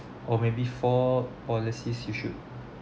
or maybe four policies you should